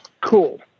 Cool